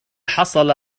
حصل